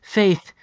faith